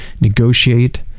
negotiate